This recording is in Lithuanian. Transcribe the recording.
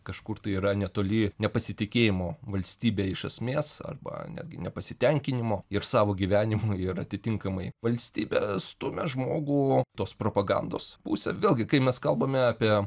kažkur tai yra netoli nepasitikėjimo valstybe iš esmės arba netgi nepasitenkinimo ir savo gyvenimu ir atitinkamai valstybe stumia žmogų tos propagandos pusę vėlgi kai mes kalbame apie